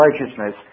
righteousness